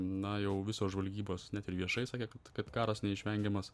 na jau visos žvalgybos net ir viešai sakė kad karas neišvengiamas